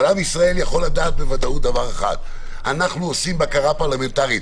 אבל עם ישראל יכול לדעת בוודאות דבר אחד: אנחנו עושים בקרה פרלמנטרית.